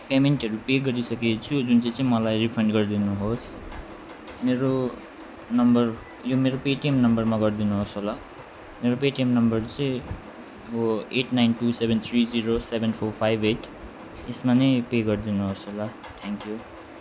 पेमेन्टहरू पे गरिसकेँ छु जुन चाहिँ मलाई रिफन्ड गरी दिनुहोस् मेरो नम्बर यो मेरो पेटिएम नम्बरमा गरिदिनुहोस् होला मेरो पेटिएम नम्बर चाहिँ हो eight nine two seven three zero seven four five eight यसमा नै पे गरिदिनुहोस् होला थ्याङ्क्यु